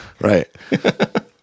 Right